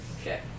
Okay